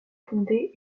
fondé